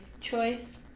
choice